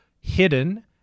hidden